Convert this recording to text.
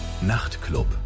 Nachtclub